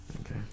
Okay